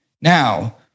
Now